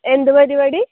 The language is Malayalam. എന്ത് പരിപാടി